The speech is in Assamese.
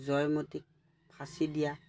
জয়মতীক ফাঁচি দিয়া